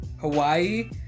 Hawaii